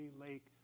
lake